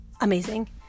amazing